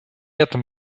этом